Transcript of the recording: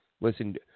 Listen